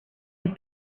had